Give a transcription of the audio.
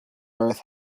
earth